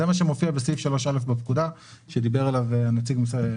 זה מה שמופיע בסעיף 3א בפקודה שדיבר עליו נציג משרד המשפטים.